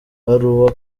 amabaruwa